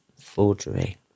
Forgery